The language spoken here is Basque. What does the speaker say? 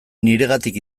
niregatik